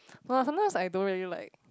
no ah sometimes I don't really like